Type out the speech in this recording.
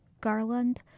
Garland